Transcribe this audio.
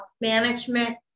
management